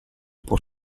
può